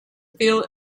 feel